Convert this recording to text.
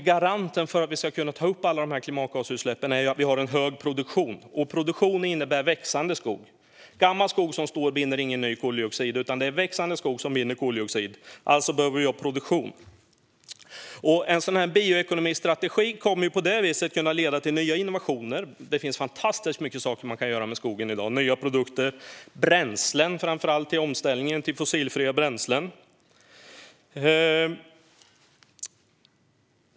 Garanten för att vi ska kunna ta upp alla dessa klimatgasutsläpp är att vi har en hög produktion, och produktion innebär växande skog. Gammal skog som står binder ingen ny koldioxid, utan det är växande skog som binder koldioxid. Alltså behöver vi ha produktion. En bioekonomistrategi kommer på detta sätt att kunna leda till nya innovationer. Det finns fantastiskt mycket man kan göra med skogen i dag. Det handlar om nya produkter och framför allt om bränslen för omställningen till fossilfria bränslen.